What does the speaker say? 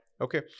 okay